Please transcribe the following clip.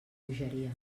bogeria